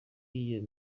iyo